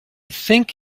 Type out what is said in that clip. think